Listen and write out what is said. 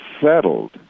settled